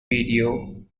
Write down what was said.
video